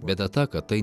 bėda ta kad tai